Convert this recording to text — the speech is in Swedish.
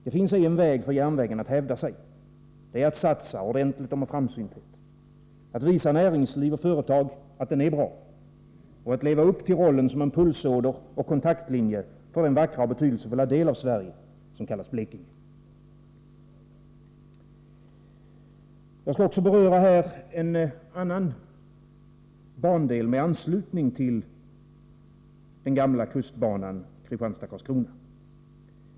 Det finns en väg för järnvägen att hävda sig. Det är att satsa, ordentligt och med framsynthet, att visa näringsliv och företag att den är bra och att leva upp till rollen som en pulsåder och kontaktlinje för den vackra och betydelsefulla del av Sverige som kallas Blekinge. Jag skall också här beröra en annan bandel med anslutning till den gamla kustbanan Kristianstad-Karlskrona.